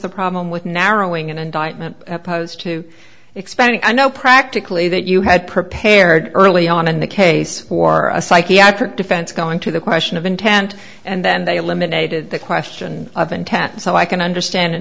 the problem with narrowing an indictment opposed to expanding i know practically that you had prepared early on in the case for a psychiatric defense going to the question of intent and then they eliminated the question of intent and so i can understand in